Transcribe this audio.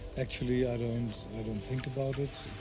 actually i don't i don't think about it,